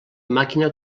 màquina